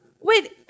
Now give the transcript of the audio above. Wait